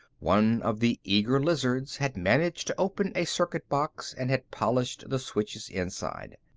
one of the eager lizards had managed to open a circuit box and had polished the switches inside.